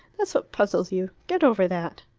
that's what puzzles you. get over that.